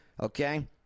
Okay